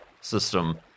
system